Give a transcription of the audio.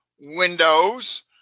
windows